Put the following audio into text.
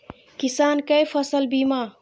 किसान कै फसल बीमा?